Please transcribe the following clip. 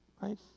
right